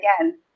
again